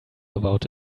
about